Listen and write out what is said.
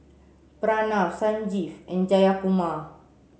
Pranav Sanjeev and Jayakumar